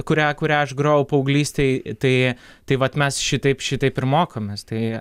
kurią kurią aš grojau paauglystėj tai tai vat mes šitaip šitaip ir mokomės tai